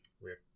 Weird